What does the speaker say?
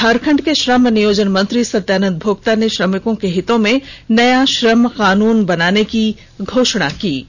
झारखंड के श्रम नियोजन मंत्री सत्यानंद भोक्ता ने श्रमिकों के हितों में नया श्रम कानून बनाने की घोषणा की है